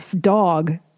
dog